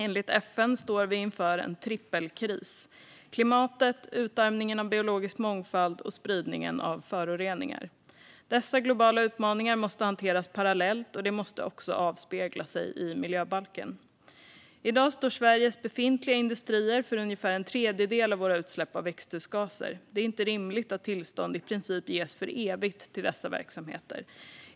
Enligt FN står vi inför en trippelkris; det handlar om klimatet, utarmningen av biologisk mångfald och spridningen av föroreningar. Dessa globala utmaningar måste hanteras parallellt, och det måste också avspegla sig i miljöbalken. I dag står Sveriges befintliga industrier för ungefär en tredjedel av våra utsläpp av växthusgaser. Det är inte rimligt att tillstånd i princip ges för evigt till dessa verksamheter.